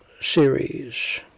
series